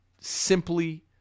simply